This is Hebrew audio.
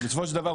כי בסופו של דבר,